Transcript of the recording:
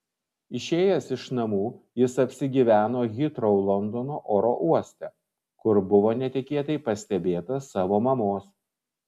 išėjęs iš namų jis apsigyveno hitrou londono oro uoste kur buvo netikėtai pastebėtas savo mamos